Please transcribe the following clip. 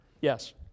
Yes